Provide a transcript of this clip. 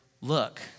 look